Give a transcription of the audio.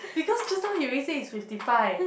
because just now he already say it's fifty five